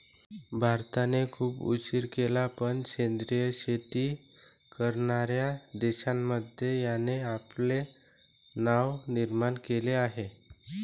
भारताने खूप उशीर केला पण सेंद्रिय शेती करणार्या देशांमध्ये याने आपले नाव निर्माण केले आहे